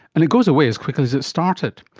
and it goes away as quickly as it started.